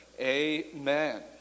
amen